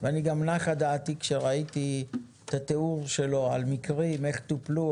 וגם נחה דעתי כשראיתי את התיאור שלו על מקרים ואיך הם טופלו,